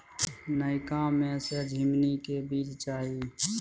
नयका में से झीमनी के बीज चाही?